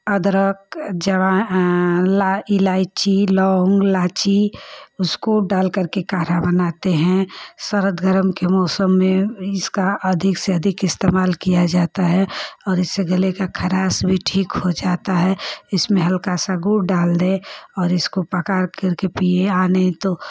अदरक जमा ला इलाइची लौन्ग इलाइची उसको डाल करके काढ़ा बनाते हैं सरद गरम के मौसम में इसका अधिक से अधिक इस्तेमाल किया जाता है और इससे गले की ख़राश भी ठीक हो जाती है इसमें हल्का सा गुड़ डाल दें और इसको पका करके पिएँ और नहीं तो